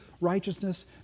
righteousness